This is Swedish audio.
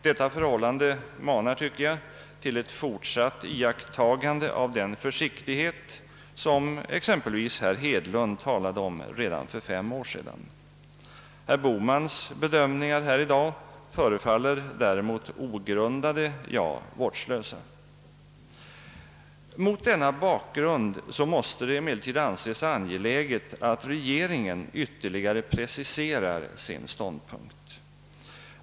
Detta förhållande manar, tycker jag, till ett fortsatt iakttagande av den försiktighet som herr Hedlund talade om redan för fem år sedan. Herr Bohmans bedömningar i dag förefaller däremot ogrundade, ja vårdslösa. Mot denna bakgrund måste det emellertid anses angeläget att regeringen ytterligare preciserar sin ståndpunkt.